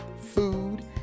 food